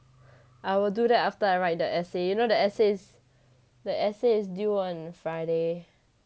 I will do that after I write the essay you know the essay is the essay is due on friday